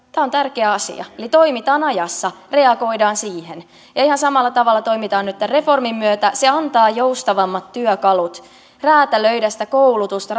tämä on tärkeä asia eli toimitaan ajassa reagoidaan siihen ja ihan samalla tavalla toimitaan nyt tämän reformin myötä se antaa joustavammat työkalut räätälöidä sitä koulutusta